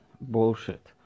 Bullshit